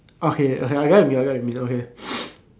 okay okay